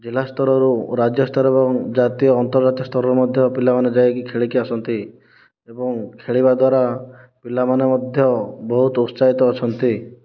ଜିଲ୍ଲା ସ୍ତରରୁ ରାଜ୍ୟ ସ୍ତର ଜାତୀୟ ଆନ୍ତର୍ଜାତୀୟ ସ୍ତରରେ ମଧ୍ୟ ପିଲାମାନେ ଯାଇକି ଖେଳିକି ଆସନ୍ତି ଏବଂ ଖେଳିବା ଦ୍ୱାରା ପିଲାମାନେ ମଧ୍ୟ ବହୁତ ଉତ୍ସାହିତ ଅଛନ୍ତି